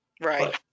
Right